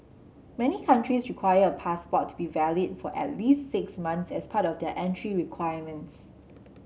many countries require a passport to be valid for at least six months as part of their entry requirements